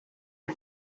you